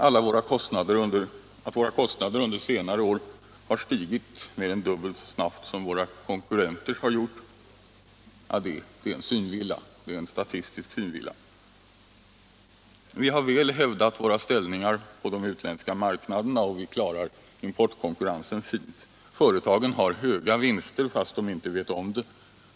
Att våra kostnader under senare år har stigit mer än dubbelt så mycket som konkurrenternas är en statistisk synvilla. Vi har väl hävdat våra ställningar på de utländska marknaderna, och vi klarar importkonkurrensen. Företagen har höga vinster, fast de inte vet om det.